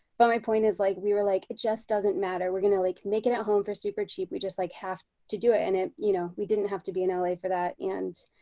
but my point is like we were like it just doesn't matter. we're gonna like make it at home for super cheap we just like have to do it and it you know, we didn't have to be in la for that and